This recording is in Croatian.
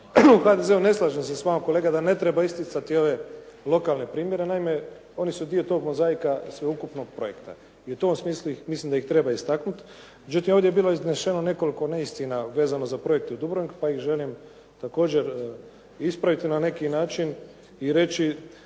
HDZ-u. Ne slažem se s vama kolega da ne treba isticati ove lokalne primjere. Naime, oni su dio tog mozaika sveukupnog projekta i u tom smislu mislim da ih treba istaknuti. Međutim, ovdje je bilo izneseno nekoliko neistina vezano za projekte u Dubrovniku pa ih želim također ispraviti na neki način i reći